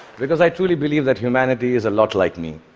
because i truly believe that humanity is a lot like me.